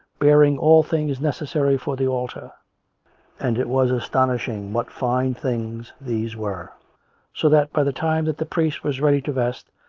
bearing all things necessary for the altar and it was astonishing what fine things these were so that by the time that the priest was ready to vest,